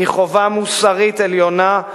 היא חובה מוסרית עליונה,